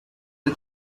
the